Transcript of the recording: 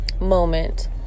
moment